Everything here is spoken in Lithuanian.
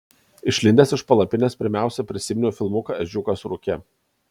išlindęs iš palapinės pirmiausia prisiminiau filmuką ežiukas rūke